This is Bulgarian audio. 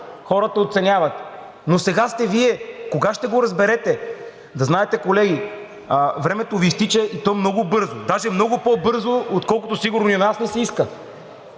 хората оценяват, но сега сте Вие! Кога ще го разберете? Да знаете, колеги, времето Ви изтича, и то много бързо, даже много по-бързо, отколкото сигурно и на нас ни се иска.